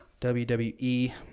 WWE